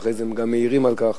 ואחרי זה גם מעירים על כך.